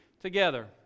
together